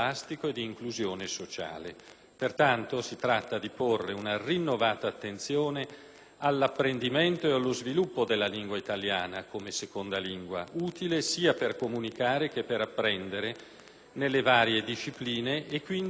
pertanto, di porre una rinnovata attenzione all'apprendimento e allo sviluppo della lingua italiana come seconda lingua, utile sia per comunicare che per apprendere nelle varie discipline e, quindi, per studiare.